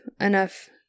enough